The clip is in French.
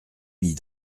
mit